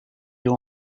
you